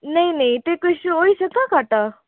नेईं नेईं ते किश होई सकदा घट्ट